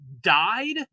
died